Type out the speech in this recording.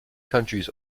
countries